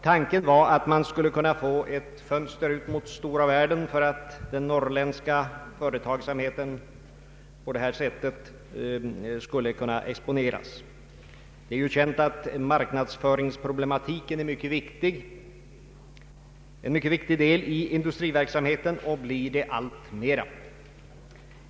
Tanken var att man skulle få ett fönster ut mot stora världen och att den norrländska företagsamheten på det sättet skulle exponeras. Det är ju känt att marknadsföringen är en mycket viktig del i industriverksamheten, och den blir det allt mera.